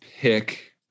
pick